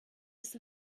ist